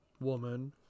woman